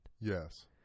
Yes